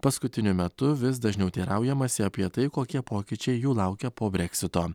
paskutiniu metu vis dažniau teiraujamasi apie tai kokie pokyčiai jų laukia po breksito